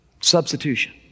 Substitution